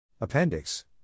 Appendix